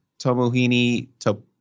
Tomohini